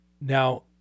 Now